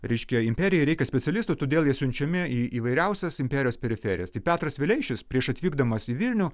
reiškia imperijai reikia specialistų todėl jie siunčiami į įvairiausias imperijos periferijas tai petras vileišis prieš atvykdamas į vilnių